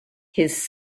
his